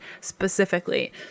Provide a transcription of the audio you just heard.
specifically